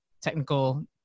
technical